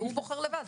הוא בוחר לבד.